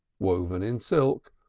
woven in silk,